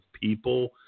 people